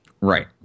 Right